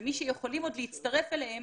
ומי שיכולים עוד להצטרף אליהם,